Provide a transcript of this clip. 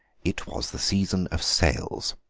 it was the season of sales.